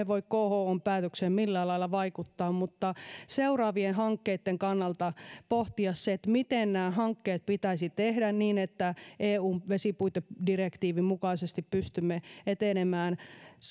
voi khon päätökseen millään lailla vaikuttaa mutta seuraavien hankkeitten kannalta pohtia se miten nämä hankkeet pitäisi tehdä niin että eun vesipuitedirektiivin mukaisesti pystymme etenemään